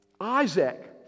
Isaac